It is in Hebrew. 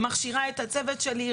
מכשירה את הצוות שלי,